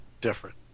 different